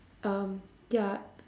um ya